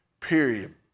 period